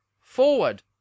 Forward